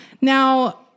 Now